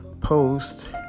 post